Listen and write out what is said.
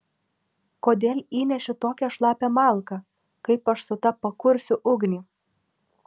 kodėl įneši tokią šlapią malką kaip aš su ta pakursiu ugnį